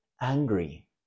angry